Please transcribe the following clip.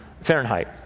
Fahrenheit